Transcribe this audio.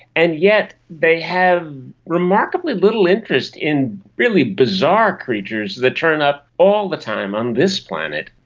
and yet they have remarkably little interest in really bizarre creatures that turn up all the time on this planet.